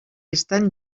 estan